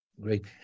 Great